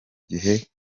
gihe